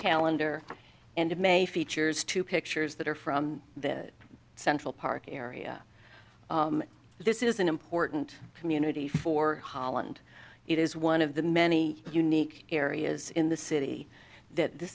calendar and i'm a features to pictures that are from the central park area this is an important community for holland it is one of the many unique areas in the city that the